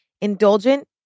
Indulgent